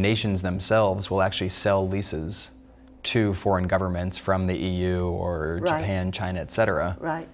nations themselves will actually sell lisas to foreign governments from the e u or right hand china cetera right